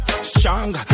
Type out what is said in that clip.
Strong